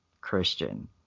christian